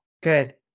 Good